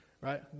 Right